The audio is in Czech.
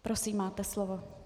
Prosím, máte slovo.